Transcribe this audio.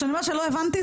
כשאני אומרת שלא הבנתי,